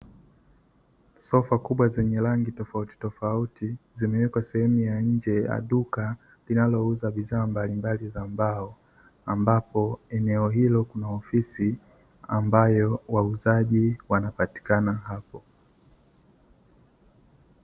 Sofa kubwa zenye rangi tofauti tofauti zimewekwa sehemu ya nje ya duka linalouza bidhaa mbalimbali za mbao ambapo eneo hilo kuna ofisi ambayo wauzaji wanapatikana hapo.